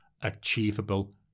achievable